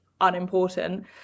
unimportant